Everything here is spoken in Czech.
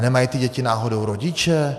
Nemají ty děti náhodou rodiče?